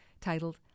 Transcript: titled